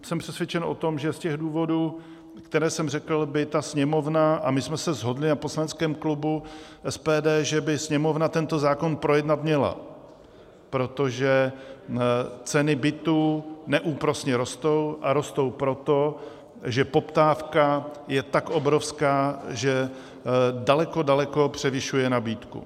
Jsem přesvědčen o tom, že z těch důvodů, které jsem řekl, by ta Sněmovna, a my jsme se shodli na poslaneckém klubu SPD, že by Sněmovna tento zákon projednat měla, protože ceny bytů neúprosně rostou, a rostou proto, že poptávka je tak obrovská, že daleko, daleko převyšuje nabídku.